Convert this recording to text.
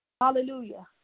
Hallelujah